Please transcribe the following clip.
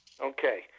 Okay